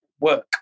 Work